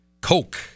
Coke